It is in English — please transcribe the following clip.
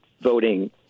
voting